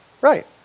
Right